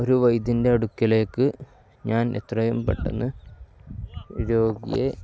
ഒരു വൈദ്യൻ്റെ അടുക്കലേക്ക് ഞാൻ എത്രയും പെട്ടെന്നു രോഗിയെ